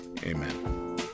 amen